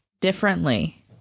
differently